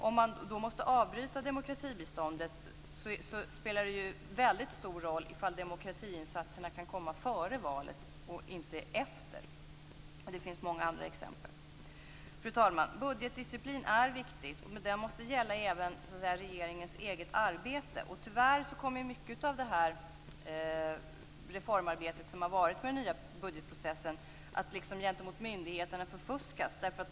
Om man måste avbryta demokratibiståndet spelar det väldigt stor roll ifall demokratiinsatserna kan komma före valet och inte efter. Det finns många andra exempel. Fru talman! Budgetdisciplin är viktig, men den måste gälla även regeringens eget arbete. Tyvärr kommer mycket av det reformarbete som varit med den nya budgetprocessen att gentemot myndigheterna att förfuskas.